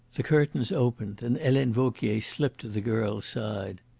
the curtains opened, and helene vauquier slipped to the girl's side.